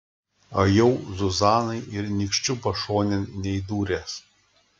o jau zuzanai ir nykščiu pašonėn neįdūręs